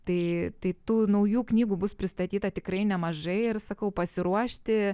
tai tai tų naujų knygų bus pristatyta tikrai nemažai ir sakau pasiruošti